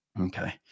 Okay